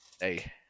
hey